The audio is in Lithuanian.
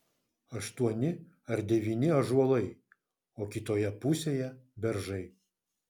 aštuoni ar devyni ąžuolai o kitoje pusėje beržai